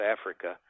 Africa